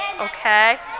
Okay